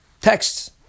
texts